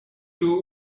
two